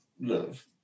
love